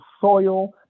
soil